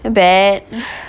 bad